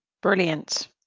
Brilliant